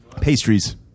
pastries